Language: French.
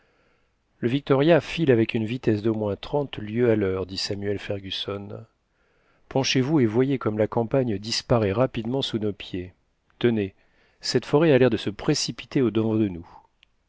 le victoria file avec une vitesse d'au moins trente lieues à l'heure dit samuel fergusson penchez vous et voyez comme la campagne disparaît rapidement sous nos pieds tenez cette forêt a l'air de se précipiter au-devant de nous